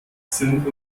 sind